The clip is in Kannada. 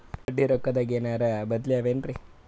ಬಡ್ಡಿ ರೊಕ್ಕದಾಗೇನರ ಬದ್ಲೀ ಅವೇನ್ರಿ?